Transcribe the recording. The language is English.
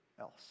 else